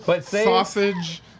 Sausage